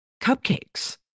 cupcakes